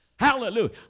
Hallelujah